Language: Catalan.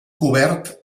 cobert